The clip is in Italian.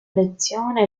lezione